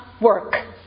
work